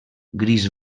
gris